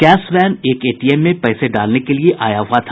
cash van एक ATM में पैसे डालने के लिए आया हुआ था